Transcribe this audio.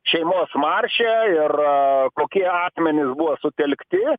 šeimos marše ir kokie asmenys buvo sutelkti